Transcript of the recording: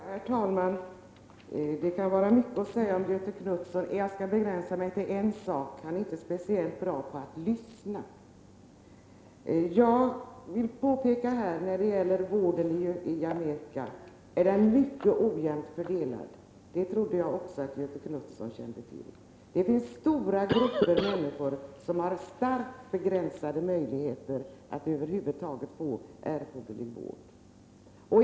Herr talman! Mycket kan sägas om Göthe Knutson, men jag skall begränsa mig till att nämna en sak: Han är inte speciellt bra på att lyssna. När det gäller vården i Amerika vill jag påpeka att den är mycket ojämnt fördelad. Jag trodde att också Göthe Knutson kände till det. Det finns stora grupper människor som har starkt begränsade möjligheter att över huvud taget få erforderlig vård.